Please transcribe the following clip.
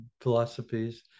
philosophies